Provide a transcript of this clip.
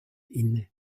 inne